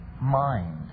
mind